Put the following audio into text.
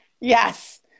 yes